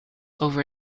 over